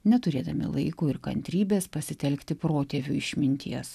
neturėdami laiko ir kantrybės pasitelkti protėvių išminties